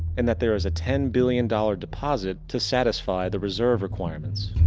and that there is a ten billion dollar deposit to satisfy the reserve requirements.